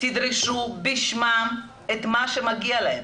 תדרשו בשמם את מה שמגיע להם.